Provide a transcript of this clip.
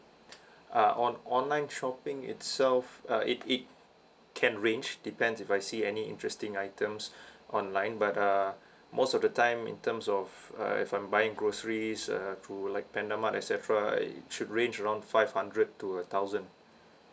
uh on online shopping itself uh it it can range depends if I see any interesting items online but uh most of the time in terms of uh if I'm buying groceries uh to like panda mart et cetera it should range around five hundred to a thousand